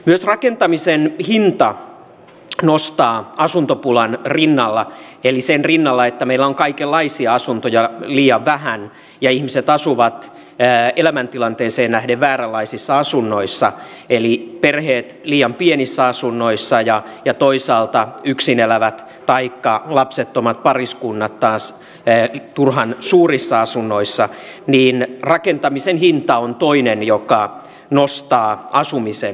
myös rakentamisen hinta on toinen joka nostaa asumisen hintoja asuntopulan rinnalla eli sen rinnalla että meillä on kaikenlaisia asuntoja liian vähän ja ihmiset asuvat elämäntilanteeseensa nähden vääränlaisissa asunnoissa eli perheet liian pienissä asunnoissa ja toisaalta yksin elävät taikka lapsettomat pariskunnat taas turhan suurissa asunnoissa viinin rakentamisen hinta on toinen joka nostaa asumisen